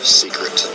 secret